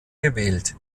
gewählt